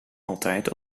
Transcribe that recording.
altijd